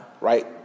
Right